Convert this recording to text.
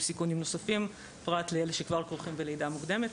סיכונים נוספים פרט לאלה שכבר כרוכים בלידה מוקדמת.